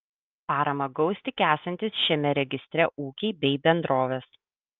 paramą gaus tik esantys šiame registre ūkiai bei bendrovės